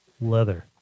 Leather